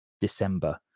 December